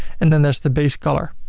and then there's the base color.